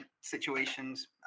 situations